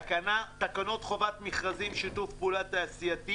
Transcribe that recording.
תקנות חובת מכרזים (שיתוף פעולה תעשייתי)